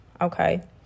Okay